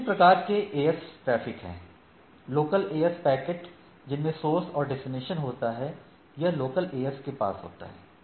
विभिन्न प्रकार के AS ट्रैफ़िक हैं लोकल AS पैकेट जिनमें सोर्स और डेस्टिनेशन होता है यह लोकल AS से पास होता है